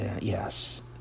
yes